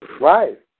Right